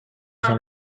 same